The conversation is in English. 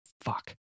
fuck